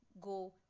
go